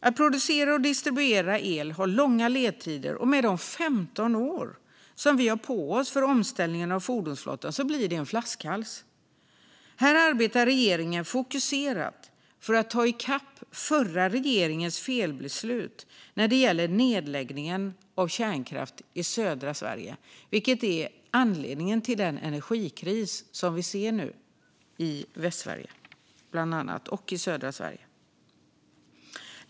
Att producera och distribuera el innebär långa ledtider, och med de 15 år som vi har på oss för omställningen av fordonsflottan blir detta en flaskhals. Regeringen arbetar fokuserat för att komma i fatt efter den förra regeringens felbeslut om nedläggning av kärnkraft i södra Sverige, vilket är anledningen till den energikris vi nu ser i Västsverige och södra Sverige.